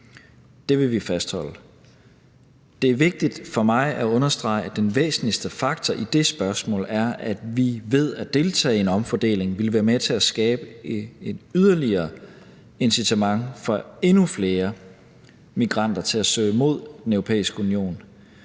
det vil vi fastholde. Det er vigtigt for mig at understrege, at den væsentligste faktor i det spørgsmål er, at vi ved at deltage i en omfordeling ville være med til at skabe et yderligere incitament for endnu flere migranter til at søge mod Den Europæiske Union.